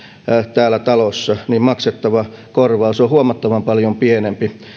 täällä talossa maksettava korvaus on huomattavan paljon pienempi